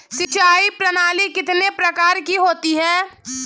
सिंचाई प्रणाली कितने प्रकार की होती हैं?